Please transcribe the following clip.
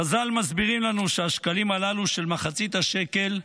חז"ל מסבירים לנו שהשקלים הללו, של מחצית השקל,